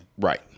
right